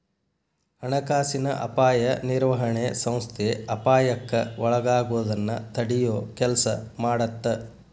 ಹಣಕಾಸಿನ ಅಪಾಯ ನಿರ್ವಹಣೆ ಸಂಸ್ಥೆ ಅಪಾಯಕ್ಕ ಒಳಗಾಗೋದನ್ನ ತಡಿಯೊ ಕೆಲ್ಸ ಮಾಡತ್ತ